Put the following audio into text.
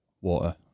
water